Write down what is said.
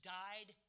died